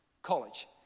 College